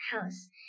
house